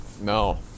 No